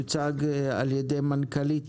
יוצגו על ידי מנכ"לית